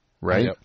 right